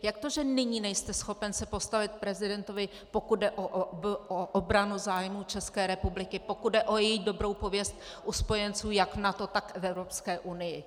Jak to, že nyní nejste schopen se postavit prezidentovi, pokud jde o obranu zájmů České republiky, pokud jde o její dobrou pověst u spojenců, jak NATO, tak v Evropské unii.